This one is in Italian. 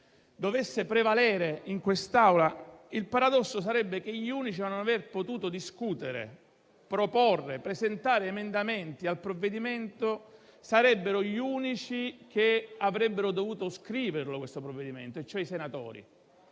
di non passaggio agli articoli. Il paradosso sarebbe che gli unici a non aver potuto discutere, proporre, presentare emendamenti al provvedimento sarebbero gli unici che avrebbero dovuto scrivere il provvedimento stesso, e cioè i senatori.